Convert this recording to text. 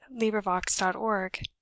LibriVox.org